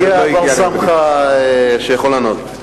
הגיע הבר-סמכא שיכול לענות.